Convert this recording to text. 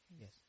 Yes